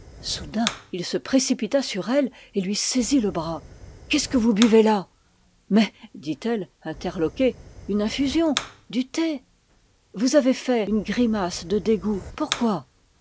soudain il se précipita sur elle et lui saisit le bras qu'est-ce que vous buvez là mais dit-elle interloquée une infusion du thé vous avez fait une grimace de dégoût pourquoi